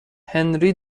هنری